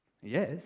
Yes